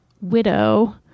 widow